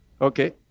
Okay